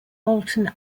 molten